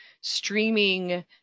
streaming